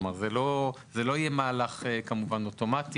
זה לא יהיה מהלך אוטומטי,